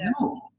no